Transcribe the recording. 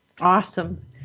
Awesome